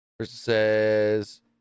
Versus